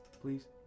please